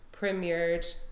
premiered